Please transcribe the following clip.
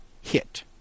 hit